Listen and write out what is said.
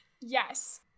Yes